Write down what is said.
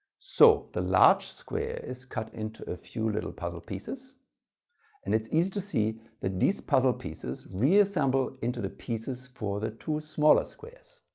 so the large square is cut into a few little puzzle pieces and it's easy to see that these puzzle pieces reassemble into the pieces for the two smaller squares